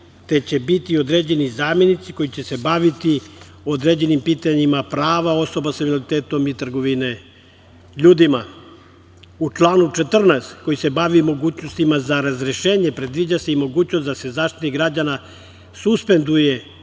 te će biti određeni zamenici koji će se baviti određenim pitanjima prava osoba sa invaliditetom i trgovine ljudima.U članu 14. koji se bavi mogućnostima za razrešenje predviđa se i mogućnost da se Zaštitnik građana suspenduje